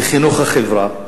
בחינוך החברה.